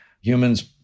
Humans